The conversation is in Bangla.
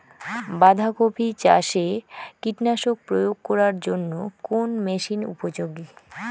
বাঁধা কপি চাষে কীটনাশক প্রয়োগ করার জন্য কোন মেশিন উপযোগী?